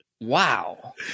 wow